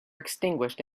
extinguished